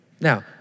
Now